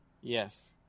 Yes